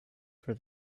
for